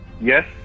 Yes